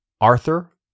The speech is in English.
Arthur